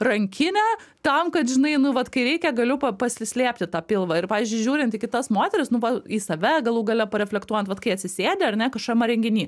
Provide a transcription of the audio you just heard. rankinę tam kad žinai nu vat kai reikia galiu pa paslėpti tą pilvą ir pavyzdžiui žiūrint į kitas moteris nu va į save galų gale reflektuojant vat kai atsisėdi ar ne kažkokiam renginy